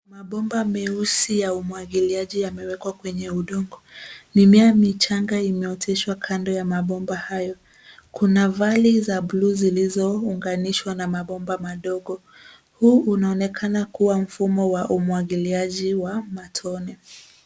Mabomba meusi ya umwagiliaji yamewekwa kwenye udongo. Mimea michanga imeoteshwa kando ya mabomba hayo. Kuna vali za bluu zilizounganishwa na mabomba madogo. Huu unaonekana kuwa mfumo wa umwagiliaji wa matone.